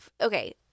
okay